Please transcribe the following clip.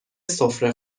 سفره